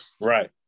Right